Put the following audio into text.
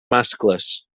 mascles